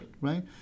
right